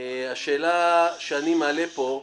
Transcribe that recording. השאלה שאני מעלה פה,